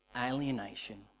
alienation